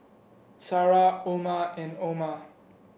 Sarah Omar and Omar